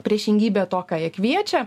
priešingybė to ką jie kviečia